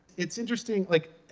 it's interesting. like